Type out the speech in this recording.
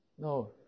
No